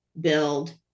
build